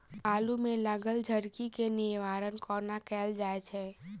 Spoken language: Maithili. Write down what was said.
आलु मे लागल झरकी केँ निवारण कोना कैल जाय छै?